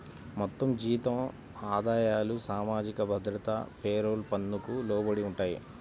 మొత్తం జీతం ఆదాయాలు సామాజిక భద్రత పేరోల్ పన్నుకు లోబడి ఉంటాయి